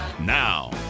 Now